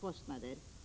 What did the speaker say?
kostnader.